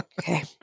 Okay